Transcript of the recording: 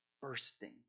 bursting